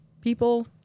people